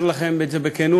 אומר לכם את זה בכנות,